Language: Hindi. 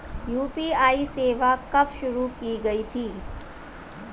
यू.पी.आई सेवा कब शुरू की गई थी?